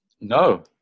no